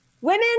Women